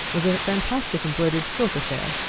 was a fantastic embroidered silk affair,